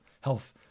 Health